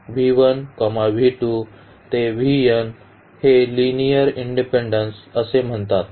तर या वेक्टर स्पेसच्या हे लिनिअर इंडिपेन्डेन्स असे म्हणतात